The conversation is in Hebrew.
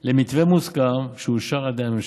על מתווה מוסכם, שאושר על ידי הממשלה.